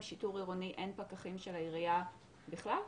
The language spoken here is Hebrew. שיטור עירוני אין פקחים של העירייה בכלל?